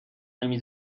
نمی